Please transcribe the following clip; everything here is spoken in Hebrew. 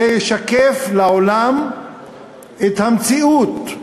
זה ישקף לעולם את המציאות.